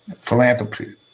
Philanthropy